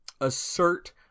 assert